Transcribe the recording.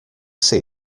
see